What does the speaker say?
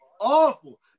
awful